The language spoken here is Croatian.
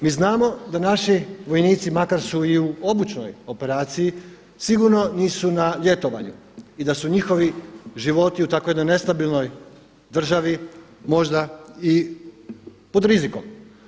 Mi znamo da naši vojnici makar si u običnoj operaciji sigurno nisu na ljetovanju i da su njihovi životu u takvoj jednoj nestabilnoj državi možda i pod rizikom.